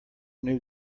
new